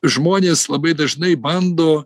žmonės labai dažnai bando